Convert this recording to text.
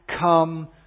come